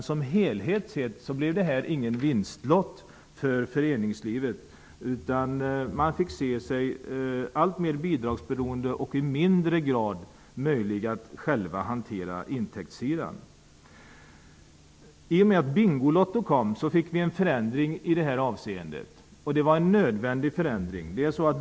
Som helhet sett blev detta ingen vinstlott för föreningslivet, utan föreningslivet fick se sig bli alltmer bidragsberoende och i mindre grad själv kunna hantera intäkterna. I och med inrättandet av Bingolotto skedde en förändring. Det var en nödvändig förändring.